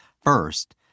first